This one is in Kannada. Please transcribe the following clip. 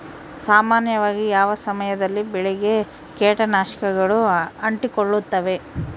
ಸಾಮಾನ್ಯವಾಗಿ ಯಾವ ಸಮಯದಲ್ಲಿ ಬೆಳೆಗೆ ಕೇಟನಾಶಕಗಳು ಅಂಟಿಕೊಳ್ಳುತ್ತವೆ?